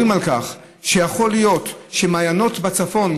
על כך שיכול להיות שמעיינות בצפון,